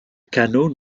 canot